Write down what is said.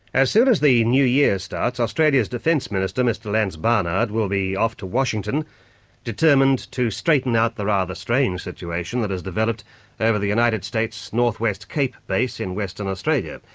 as soon as the new year starts, australia's defence minister, mr lance barnard, will be off to washington determined to straighten up the rather strange situation that has developed over the united states northwest cape base in western australia.